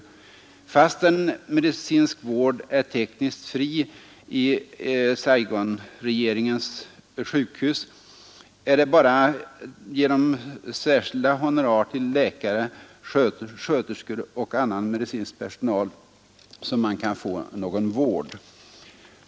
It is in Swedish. Fastän medicinsk vård tekniskt sett är fri i Saigonregeringens sjukhus är det bara genom särskilda honorar till läkare, sköterskor och annan medicinsk personal som man kan få någon vård.